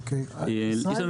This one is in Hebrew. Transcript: יש לנו